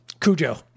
Cujo